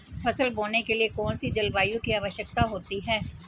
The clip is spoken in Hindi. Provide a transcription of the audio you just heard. फसल बोने के लिए कौन सी जलवायु की आवश्यकता होती है?